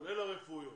כולל הרפואיות.